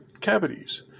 cavities